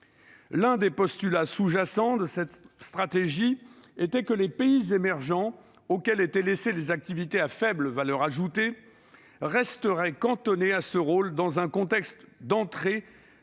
L'un des postulats sous-jacents à cette stratégie était que les pays émergents, auxquels étaient laissées les activités à faible valeur ajoutée, resteraient cantonnés à ce rôle, dans un contexte d'entrée